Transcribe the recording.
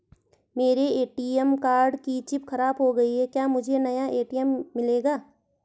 मेरे ATM card की chip खराब हो गयी है क्या मुझे नया ए.टी.एम मिलेगा?